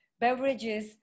beverages